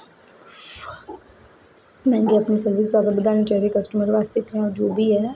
bank गी अपनी service जादा बधानी चाहिदी कस्टमर बास्तै भामें जो बी ऐ